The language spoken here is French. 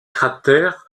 cratères